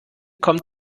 kommt